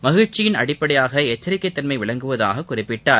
மகிழ்ச்சியின் அடிப்படையாக எச்சரிக்கை தன்மை விளங்குவதாக குறிப்பிட்டார்